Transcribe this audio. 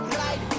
right